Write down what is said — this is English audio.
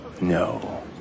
no